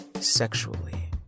sexually